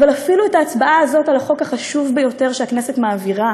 אבל אפילו את ההצבעה הזאת על החוק החשוב ביותר שהכנסת מעבירה